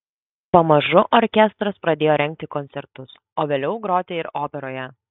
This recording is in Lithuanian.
pamažu orkestras pradėjo rengti koncertus o vėliau groti ir operoje